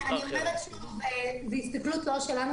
אני אומרת שוב, זו הסתכלות לא שלנו.